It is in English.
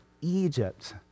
Egypt